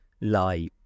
Lie